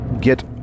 get